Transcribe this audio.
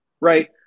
Right